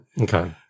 Okay